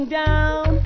down